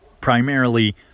primarily